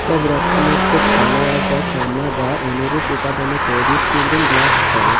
সব রক্ষণাত্মক খেলোয়াড়রা চামড়া বা অনুরূপ উপাদানে তৈরি ফিল্ডিং গ্লাভস পরেন